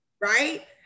Right